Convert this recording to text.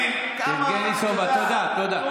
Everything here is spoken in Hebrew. אני מציע,